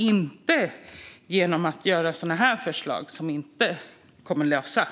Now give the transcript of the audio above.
Problemen kommer inte att lösas genom sådana här förslag.